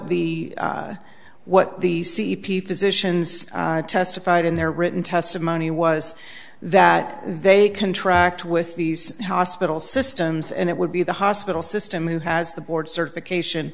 the what the c p physicians testified in their written testimony was that they contract with these hospital systems and it would be the hospital system who has the board certification